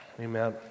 Amen